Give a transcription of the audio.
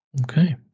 Okay